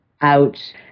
out